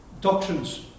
doctrines